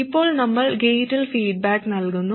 ഇപ്പോൾ നമ്മൾ ഗേറ്റിൽ ഫീഡ്ബാക്ക് നൽകുന്നു